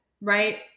right